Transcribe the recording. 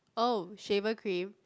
oh shaver cream